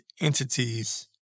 entities